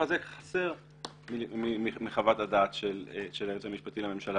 הזה מחוות הדעת של היועץ המשפטי לממשלה